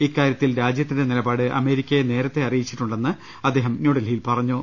ഇക്കാര്യത്തിൽ രാജ്യത്തിന്റെ നിലപാട് അമേരിക്കയെ നേരത്തെ അറി യിച്ചിട്ടുണ്ടെന്ന് അദ്ദേഹം ന്യൂഡൽഹിയിൽ പറഞ്ഞു